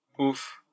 oof